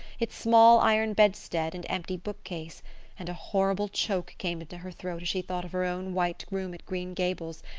its small iron bedstead and empty book-case and a horrible choke came into her throat as she thought of her own white room at green gables,